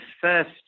first